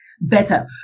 better